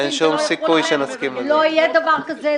לא יהיה דבר כזה.